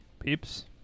Peeps